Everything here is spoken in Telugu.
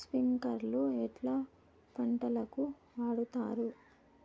స్ప్రింక్లర్లు ఎట్లా పంటలకు వాడుతారు?